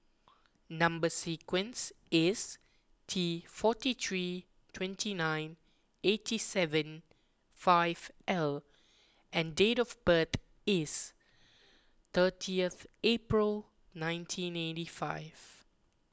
Number Sequence is T forty three twenty nine eighty seven five L and date of birth is thirty April nineteen eighty five